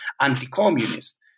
anti-communist